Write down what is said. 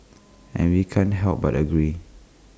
and we can't help but agree